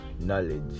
knowledge